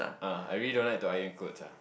ah I really don't like to iron clothes ah